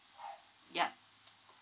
yup